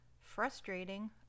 frustrating